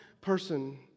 person